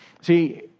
See